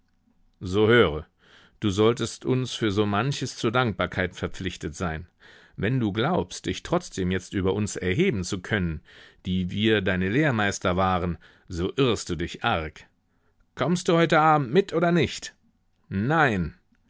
so höre du solltest uns für so manches zur dankbarkeit verpflichtet sein wenn du glaubst dich trotzdem jetzt über uns erheben zu können die wir deine lehrmeister waren so irrst du dich arg kommst du heute abend mit oder nicht nein